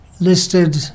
listed